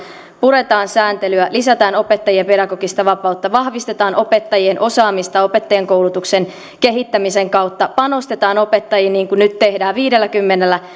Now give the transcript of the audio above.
puretaan sääntelyä lisätään opettajien pedagogista vapautta vahvistetaan opettajien osaamista opettajankoulutuksen kehittämisen kautta panostetaan opettajiin niin kuin nyt tehdään viidelläkymmenellä